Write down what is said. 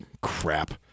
crap